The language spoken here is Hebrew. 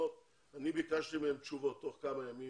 אני ביקשתי מהם לקבל תשובות תוך ימים